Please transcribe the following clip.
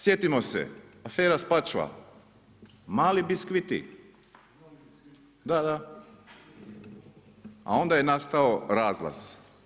Sjetimo se afera Spačva, mali biskviti, da, da a onda je nastao razlaz.